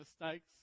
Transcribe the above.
mistakes